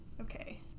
okay